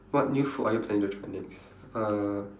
what new food are you planning to try next uh